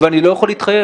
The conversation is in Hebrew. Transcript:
ואני לא יכול להתחייב.